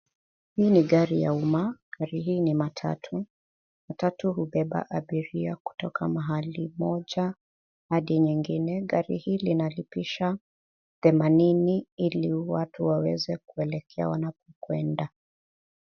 Hii ni gari ya umma. Gari hii ni matatu. Matatu hubeba abiria kutoka mahali moja hadi nyingine. Gari hili linalipisha themanini ili watu waweze kuelekea wanapokwenda.